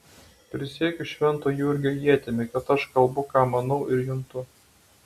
prisiekiu švento jurgio ietimi kad aš kalbu ką manau ir juntu